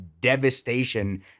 devastation